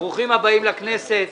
ברוכים הבאים לכנסת.